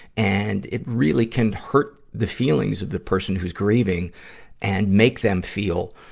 and, it really can hurt the feelings of the person who's grieving and make them feel,